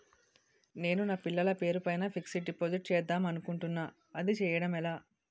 నేను నా పిల్లల పేరు పైన ఫిక్సడ్ డిపాజిట్ చేద్దాం అనుకుంటున్నా అది చేయడం ఎలా?